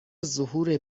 ظهور